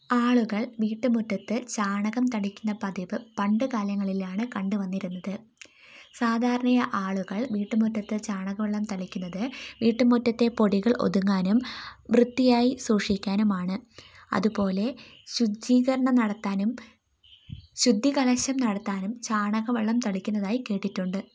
ആളുകൾ വീട്ടുമുറ്റത്ത് ചാണകം തളിക്കുന്ന പതിവ് പണ്ടുകാലങ്ങളിലാണ് കണ്ടു വന്നിരുന്നത് സാധാരണയായി ആളുകൾ വീട്ടുമുറ്റത്ത് ചാണകവെള്ളം തളിക്കുന്നത് വീട്ടുമുറ്റത്തെ പൊടികൾ ഒതുങ്ങാനും വൃത്തിയായി സൂക്ഷിക്കാനുമാണ് അതുപോലെ ശുചീകരണം നടത്താനും ശുദ്ധികലശം നടത്താനും ചാണകവെള്ളം തളിക്കുന്നതായി കേട്ടിട്ടുണ്ട്